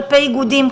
כלפי איגודים,